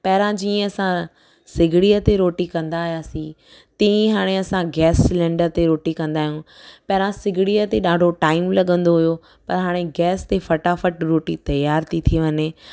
पहिरां जीअं असां सिगड़ीअ ते रोटी कंदा हुआसीं तीअं हाणे असां गैस सिलेंडर ते रोटी कंदा आहियूं पहिरां सिगड़ीअ ते ॾाढो टाइम लॻंदो हुयो पर हाणे गैस ते फटाफट रोटी तयारु थी थी वञे